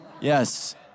Yes